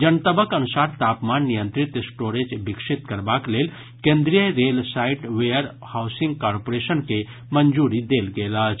जनतबक अनुसार तापमान नियंत्रित स्टोरेज विकसित करबाक लेल केन्द्रीय rail side warehousing corporation के मंजूरी देल गेल अछि